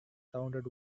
sounded